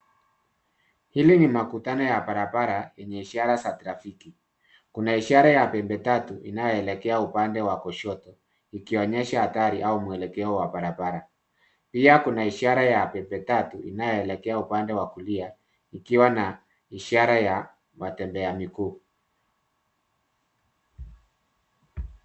Hili ni makutano ya barabara yenye ishara za trafiki. Kuna ishara ya pembe tatu inayoelekea upande wa kushoto, ikionyesha gari au mwelekeo wa barabara. Pia kuna ishara ya pembe tatu, inayoelekea upande wa kulia, ikiwa na ishara ya watembea miguu.